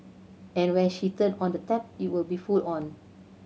and when she turn on the tap it will be full on